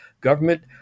government